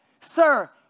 sir